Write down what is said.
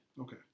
Okay